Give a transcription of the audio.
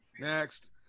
Next